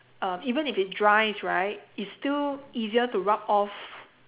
um even if it dries right it's still easier to rub off